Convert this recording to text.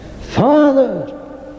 Father